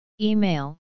Email